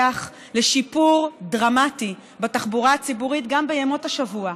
לשיפור דרמטי בתחבורה הציבורית גם בימות השבוע.